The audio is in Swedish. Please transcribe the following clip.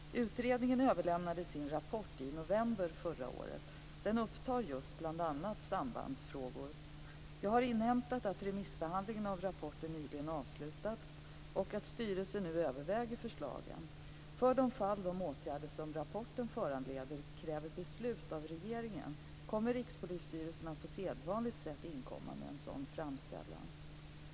Utredningen överlämnade sin rapport i november förra året. Den upptar bl.a. sambandsfrågor. Jag har inhämtat att remissbehandlingen av rapporten nyligen avslutats och att styrelsen nu överväger förslagen. För det fall de åtgärder som rapporten föranleder kräver beslut av regeringen kommer Rikspolisstyrelsen att på sedvanligt sätt inkomma med en sådan framställan.